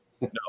no